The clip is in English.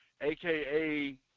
aka